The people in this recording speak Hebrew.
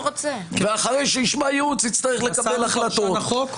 ואחרי שישמע ייעוץ, יצטרך לקבל החלטות.